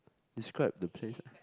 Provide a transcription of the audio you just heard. describe the place